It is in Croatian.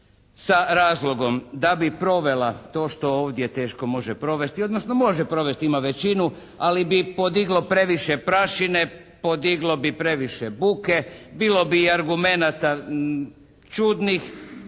sa razlogom da bi provela to što ovdje teško može provesti odnosno može provesti, ima većinu, ali bi podiglo previše prašine. Podiglo bi previše buke. Bilo bi i argumenata čudnih.